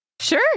Sure